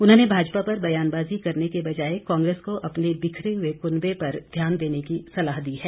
उन्होंने भाजपा पर व्यानबाजी करने के बजाय कांग्रेस को अपने बिखरे हुए कुनबे पर ध्यान देने की सलाह दी है